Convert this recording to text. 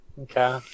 Okay